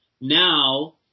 Now